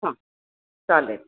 हां चालेल